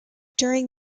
during